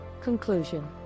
Conclusion